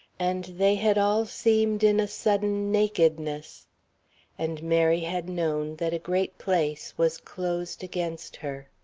and they had all seemed in a sudden nakedness and mary had known that a great place was closed against her.